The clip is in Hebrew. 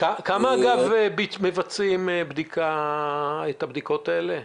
כמה מבצעים את הבדיקות האלה?